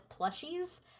plushies